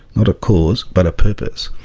not a cause, but a purpose.